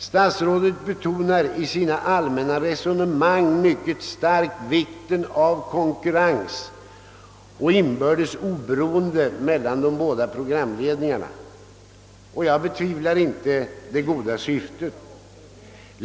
Statsrådet betonar i sina allmänna resonemang vikten av konkurrens och inbördes oberoende mellan de båda programledningarna, och jag betvivlar inte det goda syftet.